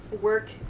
work